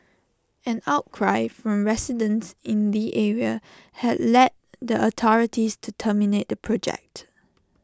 an outcry from residents in the area had led the authorities to terminate the project